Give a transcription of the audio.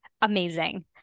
amazing